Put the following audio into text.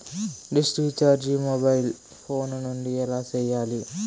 dish recharge mobile phone నుండి ఎలా సేయాలి